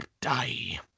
die